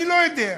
אני לא יודע.